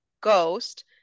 Ghost